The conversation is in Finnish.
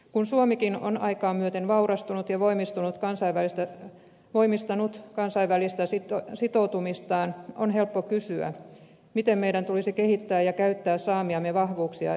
kun suomikin on aikaa myöten vaurastunut ja voimistanut kansainvälistä sitoutumistaan on helppo kysyä miten meidän tulisi kehittää ja käyttää saamiamme vahvuuksia ja verkostoja